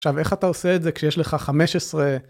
עכשיו, איך אתה עושה את זה כשיש לך 15...